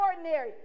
ordinary